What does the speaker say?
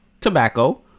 tobacco